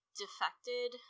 defected